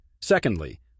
Secondly